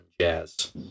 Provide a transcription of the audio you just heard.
jazz